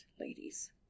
ladies